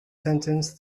sentence